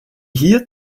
hier